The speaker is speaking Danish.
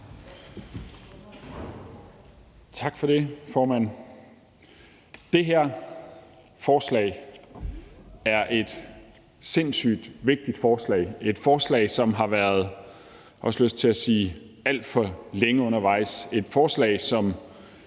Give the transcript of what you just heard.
Tak for det, formand. Det her forslag er et sindssygt vigtigt forslag. Det er et forslag, som også har været, jeg får lyst